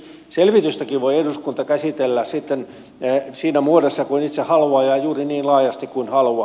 selvitystäkin voi eduskunta käsitellä sitten siinä muodossa kuin itse haluaa ja juuri niin laajasti kuin haluaa